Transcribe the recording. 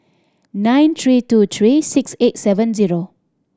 nine three two three six eight seven zero